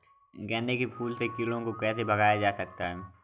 गेंदे के फूल से कीड़ों को कैसे भगाया जा सकता है?